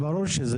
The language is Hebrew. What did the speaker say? זה ברור,